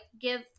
give